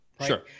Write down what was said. Sure